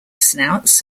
snouts